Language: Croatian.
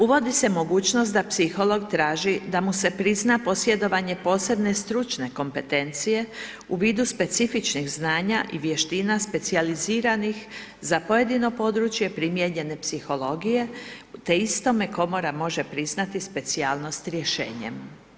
Uvodi se mogućnost da psiholog traži da mu se prizna posjedovanje posebne stručne kompetencije u vidu specifičnih znanja i vještina specijaliziranih za pojedino područje primijenjene psihologije, te istome Komora može priznati specijalnost rješenjem.